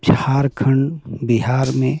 झारखंड बिहार में